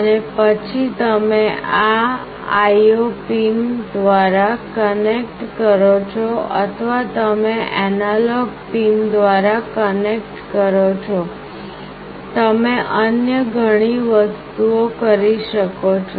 અને પછી તમે આ IO પિન દ્વારા કનેક્ટ કરો છો અથવા તમે એનાલોગ પિન દ્વારા કનેક્ટ કરો છો તમે અન્ય ઘણી વસ્તુઓ કરી શકો છો